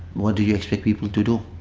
what do you expect people to do?